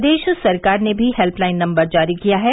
प्रदेश सरकार ने भी हेल्यलाइन नम्बर जारी किया है